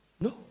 No